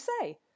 say